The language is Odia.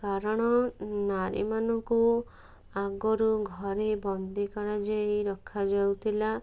କାରଣ ନାରୀମାନଙ୍କୁ ଆଗରୁ ଘରେ ବନ୍ଦୀ କରାଯାଇ ରଖାଯାଉଥିଲା